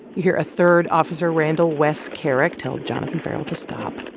you hear a third officer, randall wes kerrick, tell jonathan ferrell to stop and